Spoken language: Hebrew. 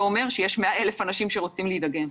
אומר שיש 100,000 אנשים שרוצים להידגם.